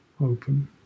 open